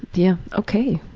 yeah. okay.